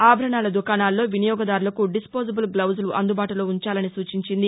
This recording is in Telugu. ఆభరణాల దుకాణాల్లో వినియోగదారులకు డిస్పోజబుల్ గ్లొజులు అందుబాటులో ఉంచాలని సూచించింది